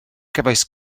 cefais